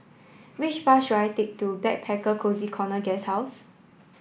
which bus should I take to Backpacker Cozy Corner Guesthouse